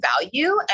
value